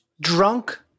drunk